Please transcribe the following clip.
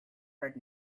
heard